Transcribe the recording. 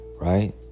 Right